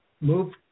move